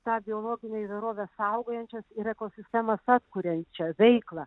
tą biologinę įvairovę saugojančias ir ekosistemas atkuriančią veiklą